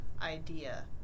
idea